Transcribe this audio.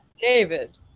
david